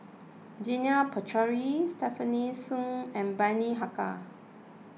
Janil Puthucheary Stefanie Sun and Bani Haykal